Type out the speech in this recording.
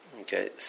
Okay